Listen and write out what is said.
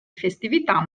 festività